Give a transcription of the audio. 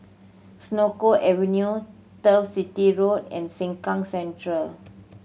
Senoko Avenue Turf City Road and Sengkang Central